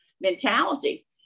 mentality